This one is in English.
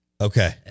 Okay